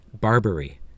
Barbary